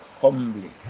humbly